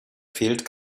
fehlt